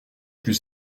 plus